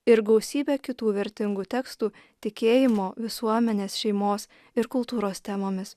ir gausybę kitų vertingų tekstų tikėjimo visuomenės šeimos ir kultūros temomis